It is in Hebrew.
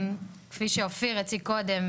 כפי שאופיר הציג קודם,